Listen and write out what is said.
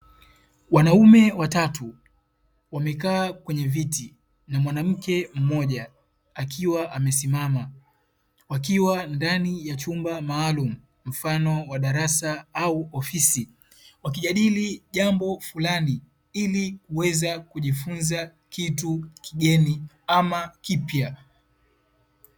Wanaume watatu wamekaa kwenye viti na mwanamke mmoja akiwa amesimama, wakiwa ndani ya chumba maalumu mfano wa darasa au ofisi, wakijadili jambo fulani ili kuweza kujifunza kitu kigeni ama kipya.